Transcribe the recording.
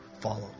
follow